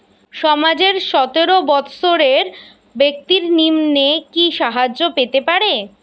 সমাজের সতেরো বৎসরের ব্যাক্তির নিম্নে কি সাহায্য পেতে পারে?